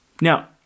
Now